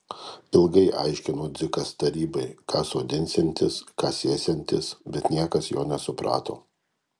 ilgai aiškino dzikas tarybai ką sodinsiantis ką sėsiantis bet niekas jo nesuprato